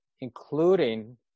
including